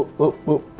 whoop, whoop.